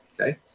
Okay